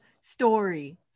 story